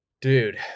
dude